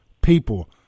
people